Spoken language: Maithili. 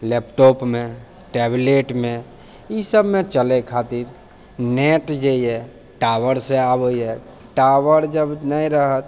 लैपटॉपमे टेबलेटमे ई सबमे चलै खातिर नेट जे अइ टावरसँ आबैए टावर जब नहि रहत